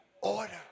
order